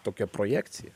tokia projekcija